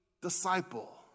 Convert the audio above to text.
disciple